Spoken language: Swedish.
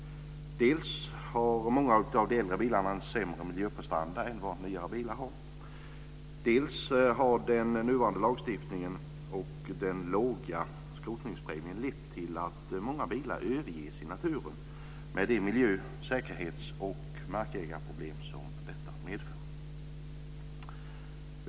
Dels har många av de äldre bilarna en sämre miljöprestanda än vad nyare bilar har, dels har den nuvarande lagstiftningen och den låga skrotningspremien lett till att många bilar överges i naturen, med de miljö-, säkerhets och markägarproblem som detta medför.